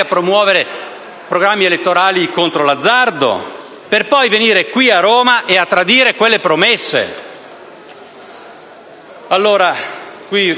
a promuovere programmi elettorali contro il gioco d'azzardo per poi venire qui a Roma e tradire quelle promesse.